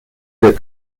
der